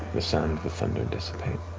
the sound of the thunder dissipate.